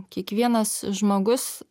kiekvienas žmogus